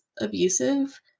abusive